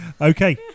Okay